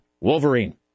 Wolverine